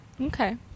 Okay